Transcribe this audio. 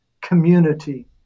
community